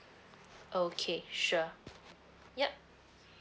okay sure yup